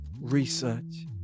research